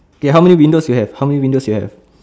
okay how many windows you have how many windows you have